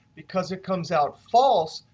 because it comes out false,